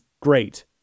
great